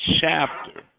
chapter